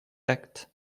actes